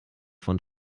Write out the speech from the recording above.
von